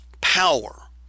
power